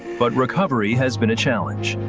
but recovery has been a challenge.